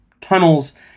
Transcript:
tunnels